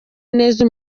neza